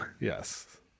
Yes